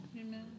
Amen